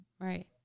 Right